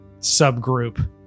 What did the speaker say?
subgroup